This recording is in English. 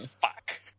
fuck